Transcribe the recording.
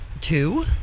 Two